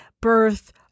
birth